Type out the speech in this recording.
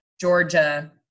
Georgia